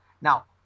Now